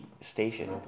station